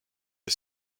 est